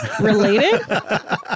Related